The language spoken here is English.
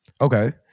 Okay